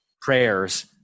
prayers